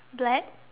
black